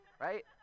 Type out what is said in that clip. Right